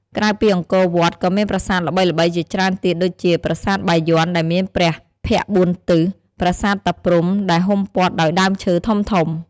ក្រៅពីអង្គរវត្ត ក៏មានប្រាសាទល្បីៗជាច្រើនទៀតដូចជា ប្រាសាទបាយ័នដែលមានព្រះភ័ក្ត្របួនទិស ប្រាសាទតាព្រហ្មដែលហ៊ុំព័ទ្ធដោយដើមឈើធំៗ។